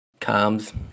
comms